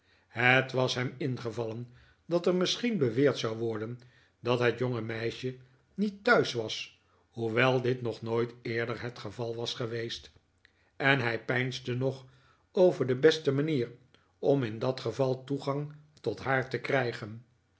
het was hem ingevallen dat er misschien beweerd zou worden dat het jonge meisje niet thuis was hoewel dit nog nooit eerder het geval was geweest en hij peinsde nog over de beste manier om in dat geval toegang tot haar te krijgen